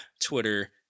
Twitter